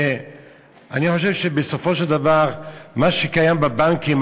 אני חושב שבסופו של דבר מה שקיים בבנקים,